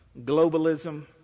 globalism